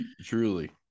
truly